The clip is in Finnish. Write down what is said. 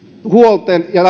huolen ja